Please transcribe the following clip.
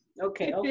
okay